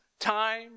Time